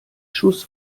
schuss